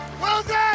Wilson